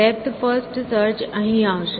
depth first search અહીં આવશે